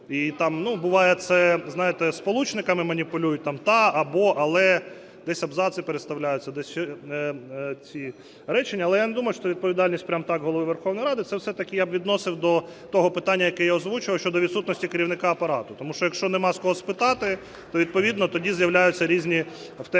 Ну там буває це, знаєте, сполучниками маніпулюють там (та, або, але), десь абзаци переставляються, десь речення. Але я не думаю, що це відповідальність прямо так Голови Верховної Ради. Це все-таки я б відносив до того питання, яке я озвучував, – щодо відсутності Керівника Апарату. Тому що, якщо немає з кого спитати, то відповідно тоді з'являються різні в